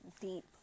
deep